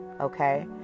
okay